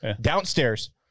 Downstairs